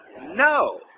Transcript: no